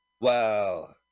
Wow